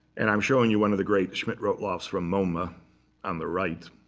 and i'm showing you one of the great schmidt-rottluff's from moma on the right,